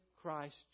Christ